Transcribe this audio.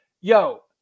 Yo